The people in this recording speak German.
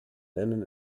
nennen